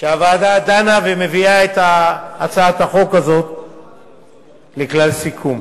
שהוועדה דנה ומביאה את הצעת החוק הזאת לכלל סיכום.